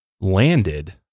landed